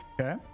Okay